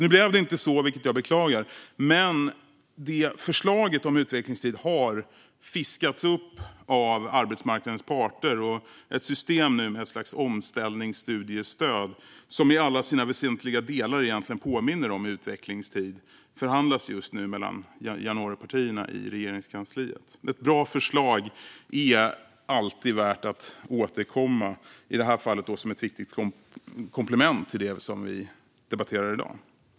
Nu blev det inte så, vilket jag beklagar. Men förslaget om utvecklingstid har fiskats upp av arbetsmarknadens parter, och ett system med ett slags omställningsstudiestöd som i alla väsentliga delar påminner om utvecklingstid förhandlas just nu mellan januaripartierna i Regeringskansliet. Ett bra förslag är alltid värt att återkomma till, i det här fallet som ett viktigt komplement till det vi debatterar i dag.